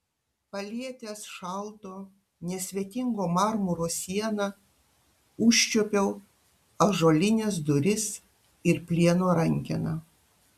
palietęs šalto nesvetingo marmuro sieną užčiuopiau ąžuolines duris ir plieno rankeną